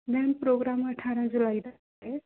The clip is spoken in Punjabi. ਮੈਮ ਪ੍ਰੋਗਰਾਮ ਅਠਾਰਾਂ ਜੁਲਾਈ ਦਾ ਹੈ